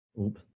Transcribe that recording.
Oops